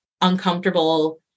uncomfortable